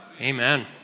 Amen